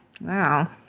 wow